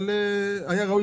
אבל היה ראוי,